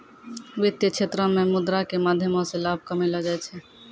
वित्तीय क्षेत्रो मे मुद्रा के माध्यमो से लाभ कमैलो जाय छै